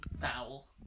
foul